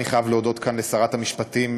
אני חייב להודות כאן לשרת המשפטים,